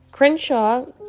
Crenshaw